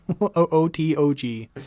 O-T-O-G